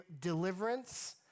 deliverance